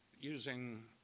using